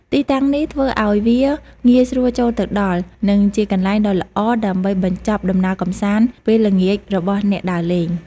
ទីតាំងនេះធ្វើឱ្យវាងាយស្រួលចូលទៅដល់ និងជាកន្លែងដ៏ល្អដើម្បីបញ្ចប់ដំណើរកម្សាន្តពេលល្ងាចរបស់អ្នកដើរលេង។